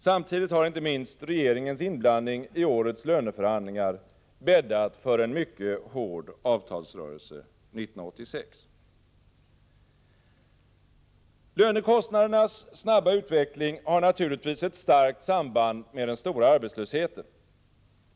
Samtidigt har inte minst regeringens inblandning i årets löneförhandlingar bäddat för en mycket hård avtalsrörelse 1986. Lönekostnadernas snabba utveckling har naturligtvis ett starkt samband med den stora arbetslösheten.